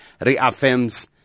reaffirms